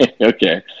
okay